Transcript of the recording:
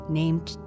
named